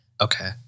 Okay